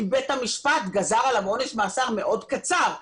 אם בית המשפט גזר עליו עונש מאסר מאוד קצר,